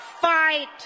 fight